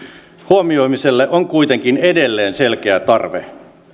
huomioimiselle on kuitenkin edelleen selkeä tarve